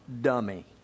dummy